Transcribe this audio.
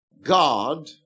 God